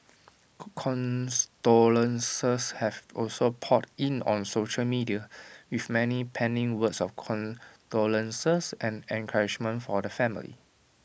condolences have also poured in on social media with many penning words of condolences and encouragement for the family